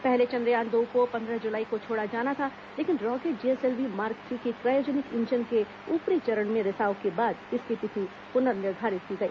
पहले चंद्रयान दो को पंद्रह जुलाई को छोड़ा जाना था लेकिन रॉकेट जीएसएलवी मार्क थ्री के क्रायोजेनिक इंजन के ऊपरी चरण में रिसाव के बाद इसकी तिथि पुनर्निर्धारित की गई